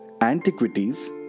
antiquities